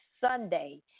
Sunday